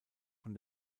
von